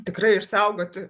tikrai išsaugoti